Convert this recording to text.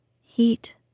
heat